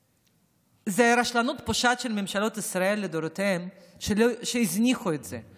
זאת רשלנות פושעת של ממשלות ישראל לדורותיהן שהזניחו את זה,